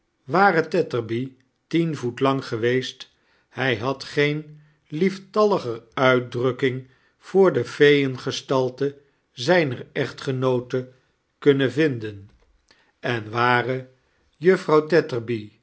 ware tetterby tien voet lang geweest hij had geen lieftalliger uitdrukking voor de feeengestalte zijner echtgenoote kunnen vindem en ware juffrouw